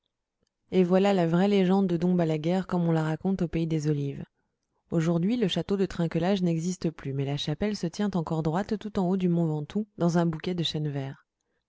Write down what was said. et voilà la vraie légende de dom balaguère comme on la raconte au pays des olives aujourd'hui le château de trinquelage n'existe plus mais la chapelle se tient encore droite tout en haut du mont ventoux dans un bouquet de chênes verts